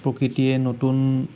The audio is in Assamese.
প্রকৃতিয়ে নতুন